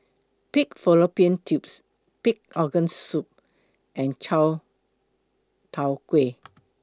Pig Fallopian Tubes Pig'S Organ Soup and Chai Tow Kuay